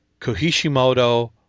Kohishimoto